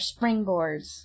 springboards